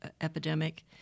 epidemic